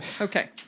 Okay